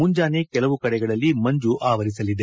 ಮುಂಜಾನೆ ಕೆಲವು ಕಡೆಗಳಲ್ಲಿ ಮಂಜು ಆವರಿಸಲಿದೆ